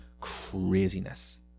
craziness